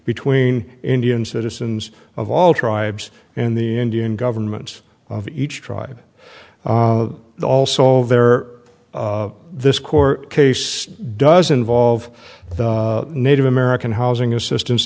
between indian citizens of all tribes and the indian governments of each tribe all solve there this court case does involve the native american housing assistance